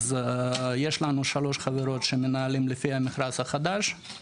אז יש לנו שלוש חברות שמנהלות לפי המכרז החדש,